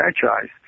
franchise